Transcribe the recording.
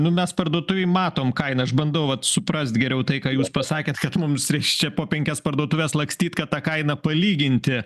nu mes parduotuvėj matom kainą aš bandau vat suprast geriau tai ką jūs pasakėt kad mums reiškia po penkias parduotuves lakstyt kad tą kainą palyginti